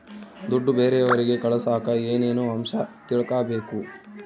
ದುಡ್ಡು ಬೇರೆಯವರಿಗೆ ಕಳಸಾಕ ಏನೇನು ಅಂಶ ತಿಳಕಬೇಕು?